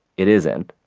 it isn't.